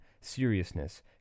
seriousness